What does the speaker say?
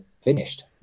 finished